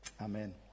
amen